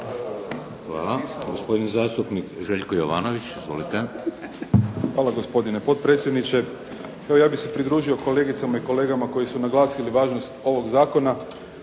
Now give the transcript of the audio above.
lijepa. Gospodin zastupnik Željko Jovanović. Izvolite. **Jovanović, Željko (SDP)** Hvala gospodine potpredsjedniče. Evo ja bih se pridružio kolegicama i kolegama koji su naglasili važnost ovog zakona